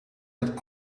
net